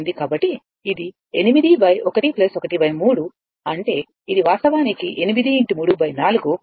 కాబట్టి ఇది 8 1 ⅓ అంటే ఇది వాస్తవానికి 4 6 మిల్లియాంపియర్